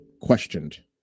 questioned